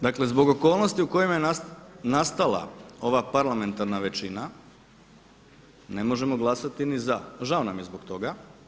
Dakle zbog okolnosti u kojima je nastala ova parlamentarna većina ne možemo glasati ni za, žao nam je zbog toga.